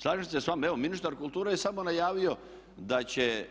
Slažem se sa vama, evo ministar kulture je samo najavio da će